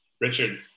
richard